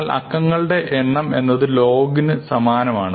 എന്നാൽ അക്കങ്ങളുടെ എണ്ണം എന്നത് log നു സമാനമാണ്